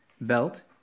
belt